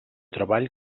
treball